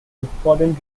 important